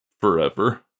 forever